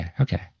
Okay